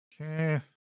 Okay